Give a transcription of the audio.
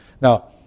Now